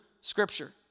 Scripture